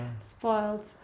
Spoiled